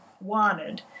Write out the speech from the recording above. wanted